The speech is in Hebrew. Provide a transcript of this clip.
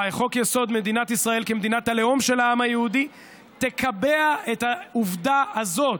מדינת ישראל כמדינת הלאום של העם היהודי יקבע את העובדה הזאת,